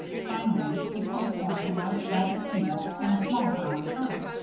finally he pulled forth a large bag of peanuts and a small brown turtle.